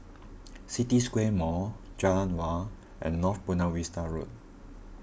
City Square Mall Jalan Awan and North Buona Vista Road